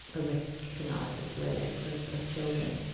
a risk analysis really of of children.